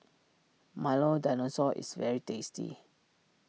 Milo Dinosaur is very tasty